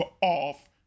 off